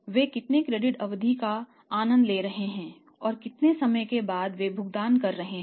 वे कितने क्रेडिट अवधि का आनंद ले रहे हैं और कितने समय के बाद वे भुगतान कर रहे हैं